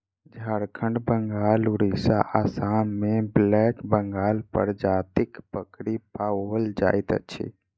झारखंड, बंगाल, उड़िसा, आसाम मे ब्लैक बंगाल प्रजातिक बकरी पाओल जाइत अछि